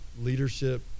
leadership